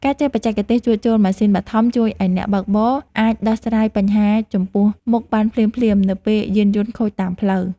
ការចេះបច្ចេកទេសជួសជុលម៉ាស៊ីនបឋមជួយឱ្យអ្នកបើកបរអាចដោះស្រាយបញ្ហាចំពោះមុខបានភ្លាមៗនៅពេលយានយន្ដខូចតាមផ្លូវ។